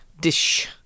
dish